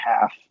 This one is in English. half